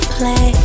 Play